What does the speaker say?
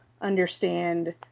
understand